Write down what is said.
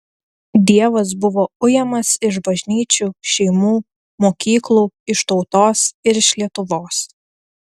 dievas buvo ujamas iš bažnyčių šeimų mokyklų iš tautos ir iš lietuvos